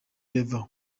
rever